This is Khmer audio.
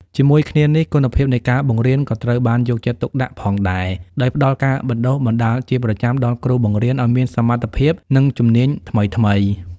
ជាមួយគ្នានេះ គុណភាពនៃការបង្រៀនក៏ត្រូវបានយកចិត្តទុកដាក់ផងដែរ ដោយផ្តល់ការបណ្តុះបណ្តាលជាប្រចាំដល់គ្រូបង្រៀនឱ្យមានសមត្ថភាព និងជំនាញថ្មីៗ។